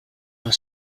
were